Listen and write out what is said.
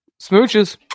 Smooches